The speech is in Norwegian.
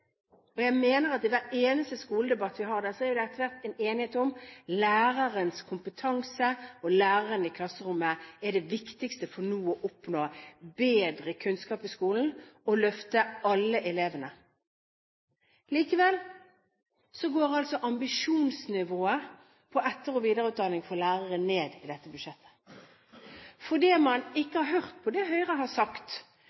og jeg mener det er enighet om dette i hver eneste skoledebatt vi har – at lærerens kompetanse, og læreren i klasserommet, er det viktigste for å oppnå bedre kunnskap i skolen og for å løfte alle elevene. Likevel ser vi at ambisjonsnivået når det gjelder etter- og videreutdanning for lærere, er lavt i dette budsjettet, fordi man